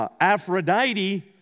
Aphrodite